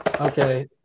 Okay